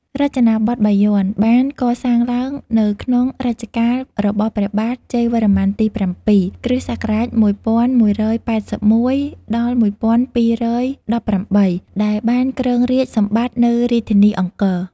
រចនាបថបាយ័ន បានកសាងឡើងនៅក្នុងរជ្ជកាលរបស់ព្រះបាទ ជ័យវរ្ម័នទី៧ (គ.ស.១១៨១-១២១៨) ដែលបានគ្រងរាជ្យសម្បត្តិនៅរាជធានីអង្គរ។